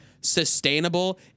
sustainable